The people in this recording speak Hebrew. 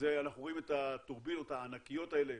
אנחנו רואים את הטורבינות הענקיות האלה